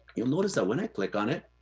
you'll notice that when i click on it,